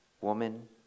woman